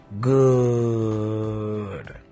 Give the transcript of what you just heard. Good